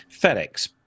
FedEx